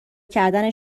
کردن